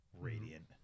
radiant